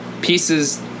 pieces